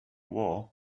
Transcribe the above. war